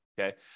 Okay